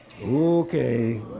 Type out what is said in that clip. Okay